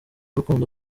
urukundo